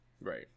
right